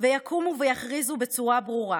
ויקומו ויכריזו בצורה ברורה: